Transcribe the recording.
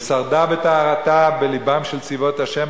ושרדה בטהרתה בלבם של צבאות ה',